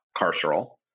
carceral